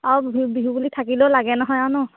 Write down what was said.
আৰু বিহু বিহু বুলি থাকিলেও লাগে নহয় আৰু ন